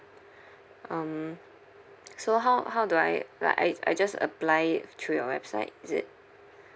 um so how how do I like I I just apply it through your website is it